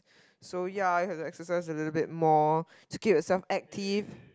so ya I have to exercise a little bit more to keep yourself active